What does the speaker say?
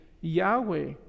Yahweh